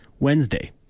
Wednesday